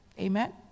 amen